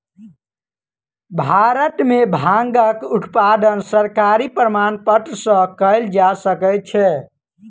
भारत में भांगक उत्पादन सरकारी प्रमाणपत्र सॅ कयल जा सकै छै